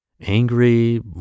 angry